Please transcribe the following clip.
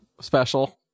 special